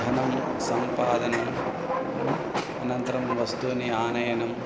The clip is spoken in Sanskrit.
धनं सम्पादनम् अनन्तरं वस्तूनाम् आनयनम्